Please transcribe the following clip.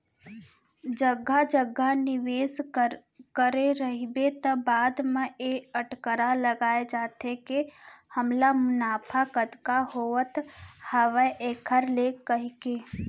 जघा जघा निवेस करे रहिबे त बाद म ए अटकरा लगाय जाथे के हमला मुनाफा कतका होवत हावय ऐखर ले कहिके